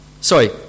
Sorry